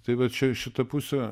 tai va čia šita pusė